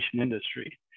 industry